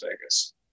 Vegas